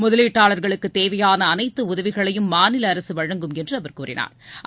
முதலீட்டாளா்களுக்கு தேவையான அனைத்து உதவிகளையும் மாநில அரசு வழங்கும் என்று அவா் கூறினாா்